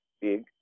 big